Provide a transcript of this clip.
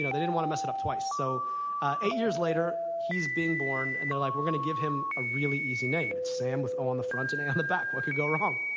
you know they didn't want to mess it up twice. so eight years later, he's being born, and they're like, we're going to give him a really easy name. it's sam with o on the front, and a on the back. what could go wrong?